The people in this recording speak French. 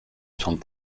sont